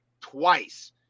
twice